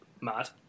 mad